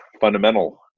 fundamental